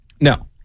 No